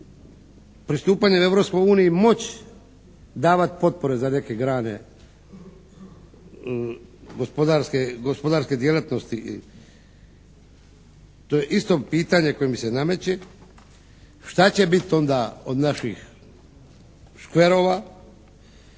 Europskoj uniji moći davati potpore za neke grane, gospodarske djelatnosti? To je isto pitanje koje mi se nameće. Šta će biti onda od naših škverova?